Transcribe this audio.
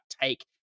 take